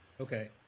Okay